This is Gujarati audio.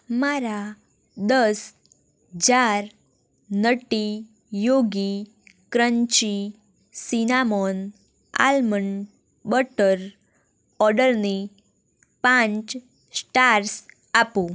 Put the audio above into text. મારા દસ jar Nutty Yogi crunchy cinnamon almond butter ઓર્ડરને પાંચ સ્ટાર્સ આપો